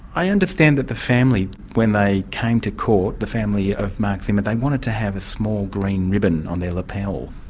i understand that the family, when they came to court, the family of mark zimmer, they wanted to have a small green ribbon on their lapel.